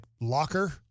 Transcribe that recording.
locker